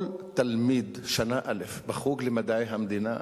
כל תלמיד שנה א' בחוג למדעי המדינה,